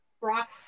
Brock